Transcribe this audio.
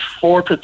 four